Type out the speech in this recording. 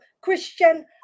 Christian